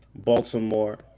Baltimore